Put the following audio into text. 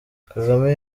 kagame